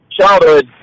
childhood